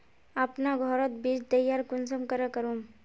अपना घोरोत बीज तैयार कुंसम करे करूम?